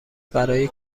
برای